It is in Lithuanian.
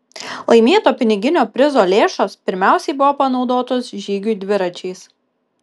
laimėto piniginio prizo lėšos pirmiausiai buvo panaudotos žygiui dviračiais